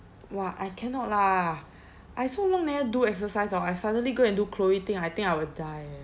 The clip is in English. !wah! I cannot lah I so long never do exercise hor I suddenly go and do chloe ting I think I will die eh